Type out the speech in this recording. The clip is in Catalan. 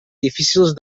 difícils